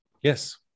Yes